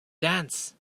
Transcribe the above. dance